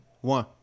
One